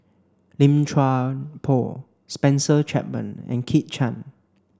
Lim Chuan Poh Spencer Chapman and Kit Chan